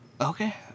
Okay